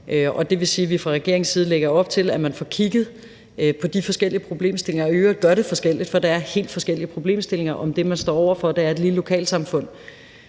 år. Vi lægger fra regeringens side op til, at man får kigget på de forskellige problemstillinger og i øvrigt gør det forskelligt, for det er helt forskellige problemstillinger, man står over for. Et lille lokalsamfund